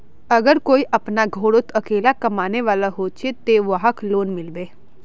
अगर कोई अपना घोरोत अकेला कमाने वाला होचे ते वहाक लोन मिलबे?